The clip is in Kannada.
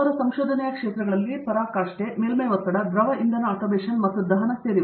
ಅವರ ಸಂಶೋಧನೆಯ ಕ್ಷೇತ್ರಗಳಲ್ಲಿ ಪರಾಕಾಷ್ಠೆ ಮೇಲ್ಮೈ ಒತ್ತಡ ದ್ರವ ಇಂಧನ ಅಟೊಮೇಷನ್ ಮತ್ತು ದಹನ ಸೇರಿವೆ